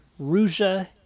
Ruja